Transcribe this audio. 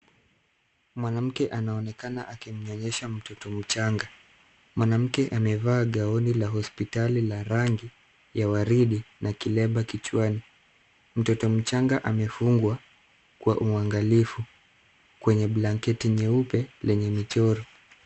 Mwanamke anaonekana akimnyonyesha mtoto mchanga, Mwanamke amevaa gauni la hospitali la rangi ya waridi na kilemba kichwani. Mtoto mchanga amefungwa, kwa uangalifu, kwenye blanketi nyeupe lenye michoro.